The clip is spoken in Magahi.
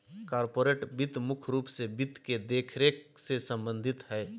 कार्पोरेट वित्त मुख्य रूप से वित्त के देखरेख से सम्बन्धित हय